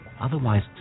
otherwise